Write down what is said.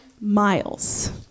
miles